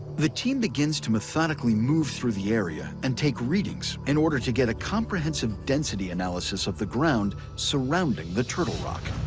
the team begins to methodically move through the area and take readings in order to get a comprehensive density analysis of the ground surrounding the turtle rock.